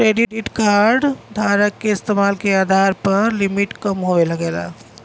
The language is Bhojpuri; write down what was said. क्रेडिट कार्ड धारक क इस्तेमाल के आधार पर लिमिट कम होये लगला